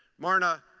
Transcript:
marna,